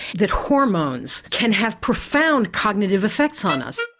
that hormones can have profound cognitive effects on us.